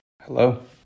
Hello